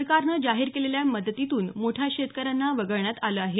सरकारनं जाहीर केलेल्या मदतीतून मोठ्या शेतकऱ्यांना वगळण्यात आलं आहे